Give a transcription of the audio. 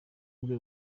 bwe